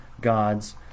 God's